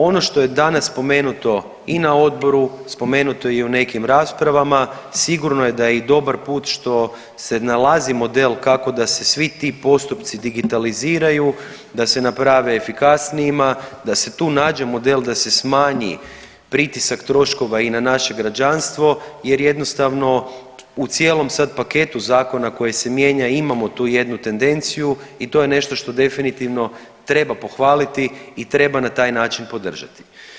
Ono što je danas spomenuto i na odboru, spomenuto je i u nekim raspravama, sigurno je i da je dobar put što se nalazi model kako da se svi ti postupci digitaliziraju, da se naprave efikasnijima, da se tu nađe model da se smanji pritisak troškova i na naše građanstvo jer jednostavno u cijelom sad paketu zakona koji se mijenja imamo tu jednu tendenciju i to je nešto što definitivno treba pohvaliti i treba na taj način podržati.